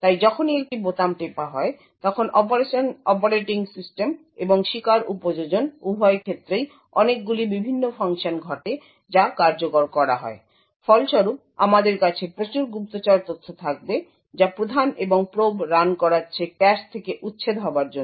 তাই যখনই একটি বোতাম টেপা হয় তখন অপারেটিং সিস্টেম এবং শিকার উপযোজন উভয় ক্ষেত্রেই অনেকগুলি বিভিন্ন ফাংশন ঘটে যা কার্যকর করা হয় ফলস্বরূপ আমাদের কাছে প্রচুর গুপ্তচর তথ্য থাকবে যা প্রধান এবং প্রোব রান করাচ্ছে ক্যাশ থেকে উচ্ছেদ হবার জন্য